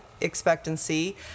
expectancy